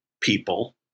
people